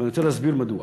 ואני רוצה להסביר מדוע.